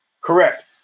Correct